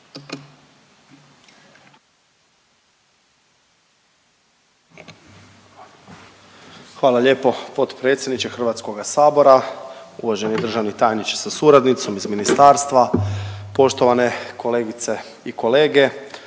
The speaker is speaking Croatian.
Hvala lijepo potpredsjedniče HS. Uvažani državni tajniče sa suradnicom iz ministarstva, poštovane kolegice i kolege,